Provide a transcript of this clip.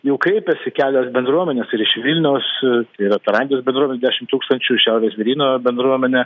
jau kreipėsi kelios bendruomenės ir iš vilniaus yra tarandės bendruomenė dešim tūkstančių šiaurės žvėryno bendruomenė